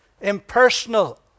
impersonal